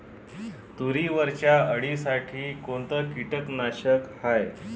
तुरीवरच्या अळीसाठी कोनतं कीटकनाशक हाये?